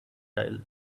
tile